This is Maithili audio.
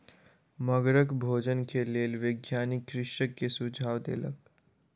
मगरक भोजन के लेल वैज्ञानिक कृषक के सुझाव देलक